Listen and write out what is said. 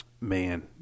man